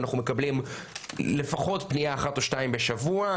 אנחנו מקבלים לפחות פנייה אחת או שתיים בשבוע,